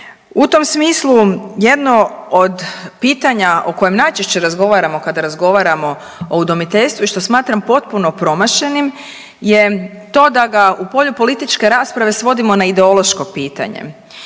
U tom smislu jedno od pitanja o kojem najčešće razgovaramo kada razgovaramo o udomiteljstvu i što smatram potpuno promašenim je to da ga u polju političke rasprave svodimo na ideološko pitanje